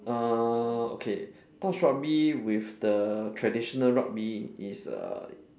uh okay touch rugby with the traditional rugby is uh